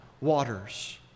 waters